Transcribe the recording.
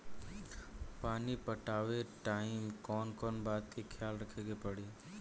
पानी पटावे टाइम कौन कौन बात के ख्याल रखे के पड़ी?